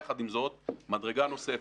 יחד עם זאת, מדרגה נוספת,